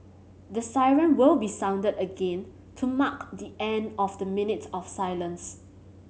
the siren will be sounded again to mark the end of the minute of silence